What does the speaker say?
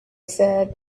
said